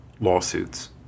lawsuits